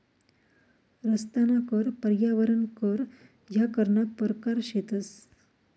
रस्ताना कर, पर्यावरण कर ह्या करना परकार शेतंस